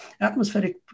atmospheric